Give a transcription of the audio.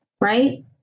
right